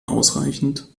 ausreichend